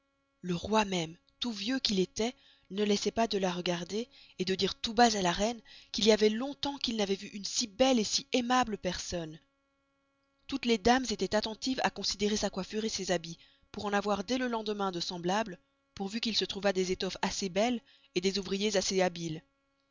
le roi même tout vieux qu'il estoit ne laissoit pas de la regarder de dire tout bas à la reine qu'il y avoit long-temps qu'il n'avoit vû une si belle si aimable personne toutes les dames estoient attentives à considerer sa coëffure ses habits pour en avoir dés le lendemain de semblables pourveu qu'il se trouvast des étoffes assez belles des ouvriers assez habiles